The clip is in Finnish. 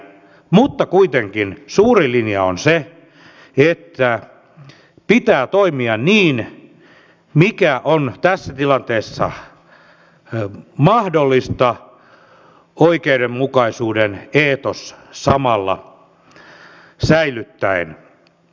mutta kuitenkin suuri linja on se että pitää toimia niin mikä tässä tilanteessa on mahdollista oikeudenmukaisuuden eetos samalla säilyttäen